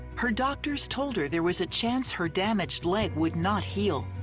her doctors told her there was a chance her damaged leg would not heal,